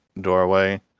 doorway